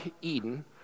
eden